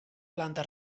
planta